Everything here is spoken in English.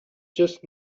just